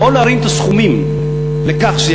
"מי